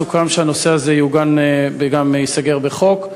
סוכם שהנושא הזה יעוגן וגם ייסגר בחוק.